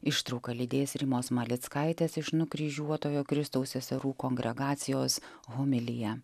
ištrauką lydės rimos malickaitės iš nukryžiuotojo kristaus seserų kongregacijos homiliją